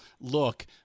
look